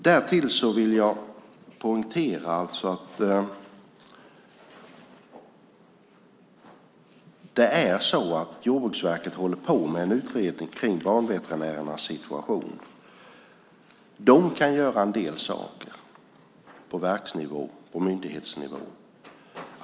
Därtill vill jag poängtera att Jordbruksverket håller på med en utredning om banveterinärernas situation. De kan göra en del saker på verksnivå och myndighetsnivå.